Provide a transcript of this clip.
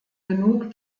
genug